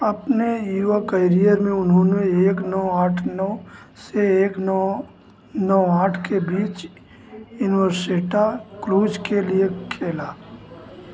अपने युवा कैरियर में उन्होंने एक नौ आठ नौ से एक नौ नौ आठ के बीच यूनिवर्सिटेटा क्लुज के लिए खेला